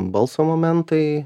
balso momentai